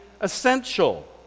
essential